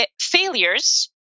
failures